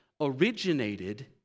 originated